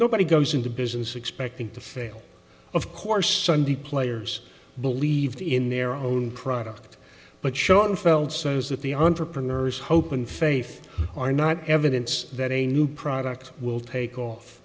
nobody goes into business expecting to fail of course sunday players believed in their own product but shown feld says that the entrepreneurs hope and faith are not evidence that a new product will take off